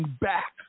back